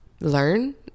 learn